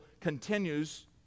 continues